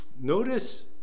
Notice